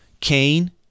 Cain